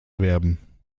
werben